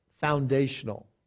foundational